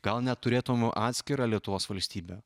gal net turėtumėm atskirą lietuvos valstybę